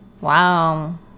Wow